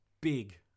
big